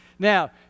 Now